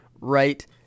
right